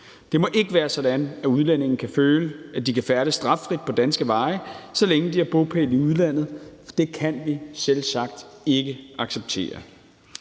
Det må ikke være sådan, at udlændinge kan føle, at de kan færdes straffrit på danske veje, så længe de har bopæl i udlandet, for det kan vi selvsagt ikke acceptere.